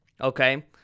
okay